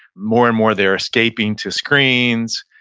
more and more they're escaping to screens.